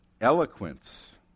eloquence